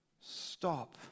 stop